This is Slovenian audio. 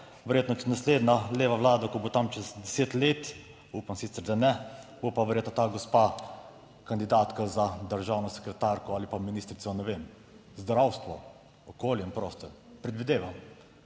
Verjetno naslednja leva vlada, ki bo tam čez deset let, upam sicer da ne, bo pa verjetno ta gospa kandidatka za državno sekretarko ali pa ministrico, ne vem, zdravstvo, okolje in prostor, predvidevam,